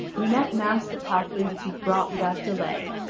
lunete mounts the palfrey which is brought without delay,